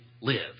live